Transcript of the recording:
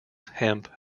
hemp